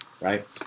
right